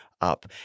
up